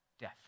Death